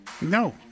No